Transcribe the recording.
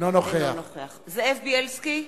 אינו נוכח זאב בילסקי,